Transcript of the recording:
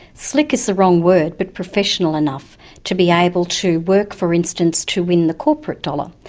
slick is the wrong word, but professional enough to be able to work, for instance, to win the corporate dollar.